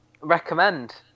Recommend